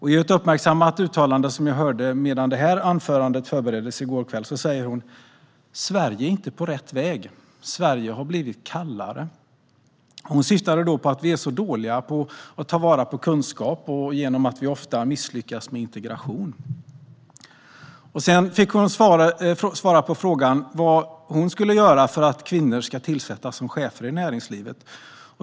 I ett uppmärksammat uttalande som jag hörde medan det här anförandet förbereddes i går kväll sa hon: Sverige är inte på rätt väg; Sverige har blivit kallare. Hon syftade då på att vi är dåliga på att ta vara på kunskap genom att vi ofta misslyckas med integration. Sedan fick hon svara på frågan vad hon skulle göra för att kvinnor ska tillsättas som chefer i näringslivet.